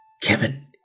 Kevin